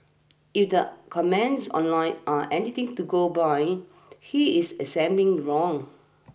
if the comments online are anything to go by he is assuming wrong